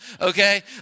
okay